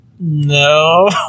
no